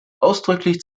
ausdrücklich